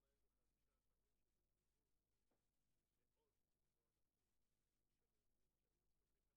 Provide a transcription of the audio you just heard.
כי ההתמודדות עם תאונות העבודה זה הרבה מאוד פרטים קטנים וסגירת פרצות,